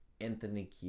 Anthony